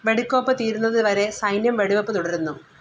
വെടിക്കോപ്പ് തീരുന്നത് വരെ സൈന്യം വെടിവെപ്പ് തുടരുന്നു